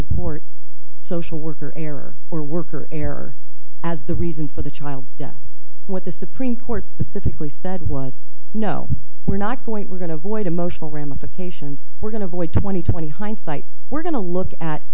report social worker error or worker error as the reason for the child's death what the supreme court specifically said was no we're not going we're going to void emotional ramifications we're going to void twenty twenty hindsight we're going to look at